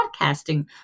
podcasting